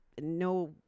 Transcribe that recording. no